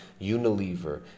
Unilever